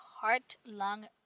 heart-lung